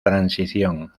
transición